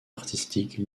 artistique